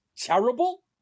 terrible